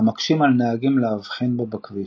המקשים על נהגים להבחין בו בכביש.